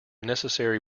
necessary